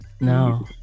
no